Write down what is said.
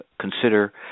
consider